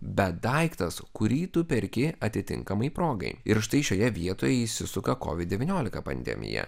bet daiktas kurį tu perki atitinkamai progai ir štai šioje vietoje įsisuka kovid devyniolika pandemija